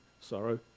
sorrow